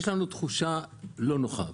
יש לנו תחושה לא נוחה.